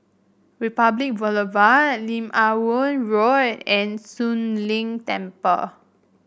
Republic Boulevard Lim Ah Woo Road and Soon Leng Temple